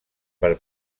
per